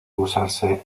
usarse